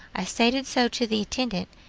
i stated so to the intendant,